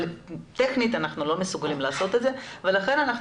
אבל טכנית אנחנו לא מסוגלים לעשות את זה ולכן אנחנו